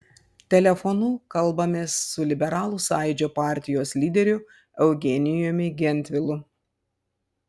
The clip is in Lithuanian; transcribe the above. telefonu kalbamės su liberalų sąjūdžio partijos lyderiu eugenijumi gentvilu